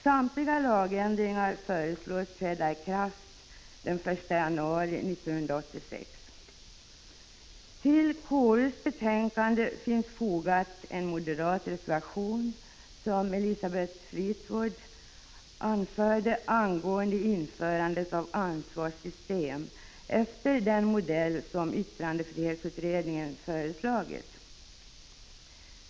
Samtliga lagändringar föreslås träda i kraft den 1 januari 1986. Till konstitutionsutskottets betänkande finns det, som Elisabeth Fleetwood anförde, fogad en moderat reservation angående införandet av ansvarssystem efter den modell som yttrandefrihetsutredningen föreslagit.